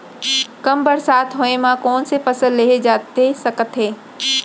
कम बरसात होए मा कौन से फसल लेहे जाथे सकत हे?